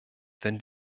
wenn